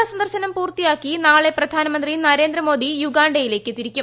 Rwanda സന്ദർശനം പൂർത്തിയാക്കി നാളെ പ്രധാനമന്ത്രി നരേന്ദ്രമോദി യുഗാണ്ടയിലേയ്ക്ക് തിരിക്കും